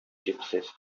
gypsies